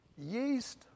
Yeast